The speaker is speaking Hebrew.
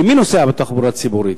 כי מי נוסע בתחבורה הציבורית?